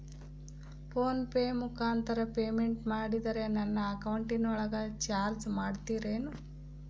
Phone pay ಮುಖಾಂತರ payment ಮಾಡಿದರೆ ನನ್ನ ಅಕೌಂಟಿನೊಳಗ ಚಾರ್ಜ್ ಮಾಡ್ತಿರೇನು?